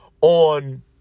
On